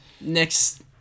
Next